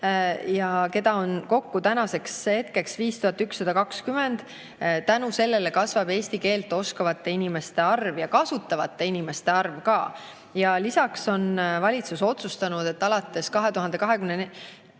ja neid on kokku tänaseks hetkeks 5120. Tänu sellele kasvab eesti keelt oskavate inimeste arv ja kasutavate inimeste arv ka. Ja lisaks on valitsus otsustanud, et alates 2024.